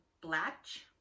Blatch